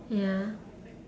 ya